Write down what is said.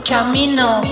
Camino